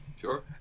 Sure